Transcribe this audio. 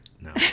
No